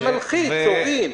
זה מלחיץ הורים.